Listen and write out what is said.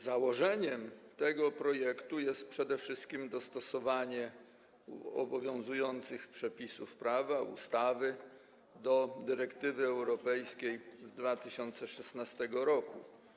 Założeniem tego projektu jest przede wszystkim dostosowanie obowiązujących przepisów prawa, ustawy do dyrektywy europejskiej z 2016 r.